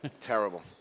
Terrible